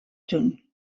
tún